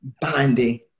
binding